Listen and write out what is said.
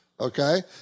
Okay